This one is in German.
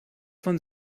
von